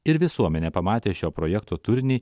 ir visuomenė pamatė šio projekto turinį